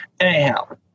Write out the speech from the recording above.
Anyhow